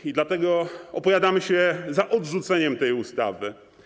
I dlatego opowiadamy się za odrzuceniem tej ustawy.